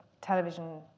television